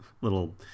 little